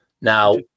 Now